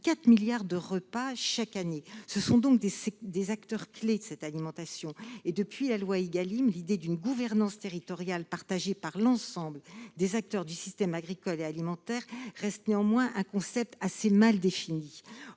4 milliards de repas chaque année. Ce sont donc des acteurs clés du secteur. Depuis la loi Égalim, l'idée d'une gouvernance territoriale partagée par l'ensemble des acteurs du système agricole et alimentaire reste un concept assez mal défini,